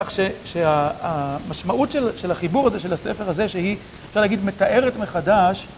כך ש... שה... שהמשמעות של החיבור הזה, של הספר הזה, שהיא, אפשר להגיד, מתארת מחדש